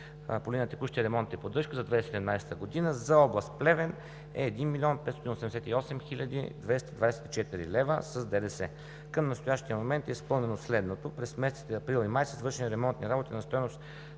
по линия на текущия ремонт и поддръжка за 2017 г. за област Плевен е 1 млн. 588 хил. 224 лв. с ДДС. Към настоящия момент е изпълнено следното. През месеците април и май са извършени ремонтни работи на стойност